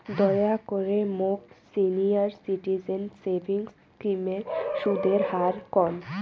দয়া করে মোক সিনিয়র সিটিজেন সেভিংস স্কিমের সুদের হার কন